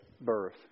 birth